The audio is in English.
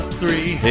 three